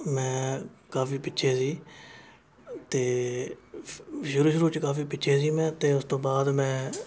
ਮੈਂ ਕਾਫੀ ਪਿੱਛੇ ਸੀ ਅਤੇ ਸ਼ੁਰੂ ਸ਼ੁਰੂ 'ਚ ਕਾਫੀ ਪਿੱਛੇ ਸੀ ਮੈਂ ਅਤੇ ਉਸ ਤੋਂ ਬਾਅਦ ਮੈਂ